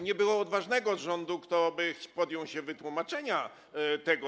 Nie było odważnego z rządu, który podjąłby się wytłumaczenia tego.